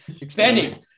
expanding